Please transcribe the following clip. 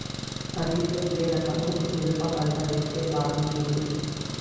ఖరీఫ్ లో ఏ రకము మిరప పంట వేస్తే బాగుంటుంది